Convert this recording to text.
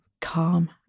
calm